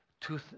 two